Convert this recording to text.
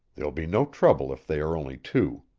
there'll be no trouble if they are only two.